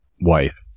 Wife